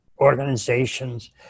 organizations